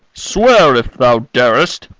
swear if thou darest.